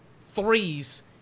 threes